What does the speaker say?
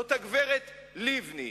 זאת הגברת לבני.